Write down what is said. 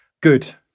good